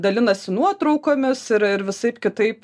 dalinasi nuotraukomis ir ir visaip kitaip